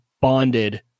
bonded